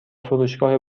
فروشگاه